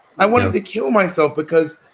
i wanted to kill myself because.